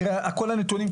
כל הנתונים,